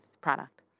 product